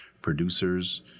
producers